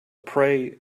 pray